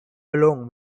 along